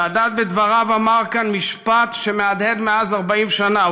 סאדאת בדבריו אמר כאן משפט שמהדהד מאז 40 שנה.